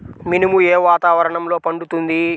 మినుము ఏ వాతావరణంలో పండుతుంది?